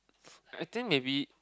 I think maybe